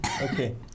Okay